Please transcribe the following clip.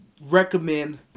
recommend